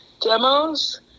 demos